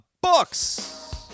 books